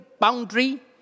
boundary